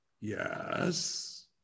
Yes